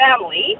family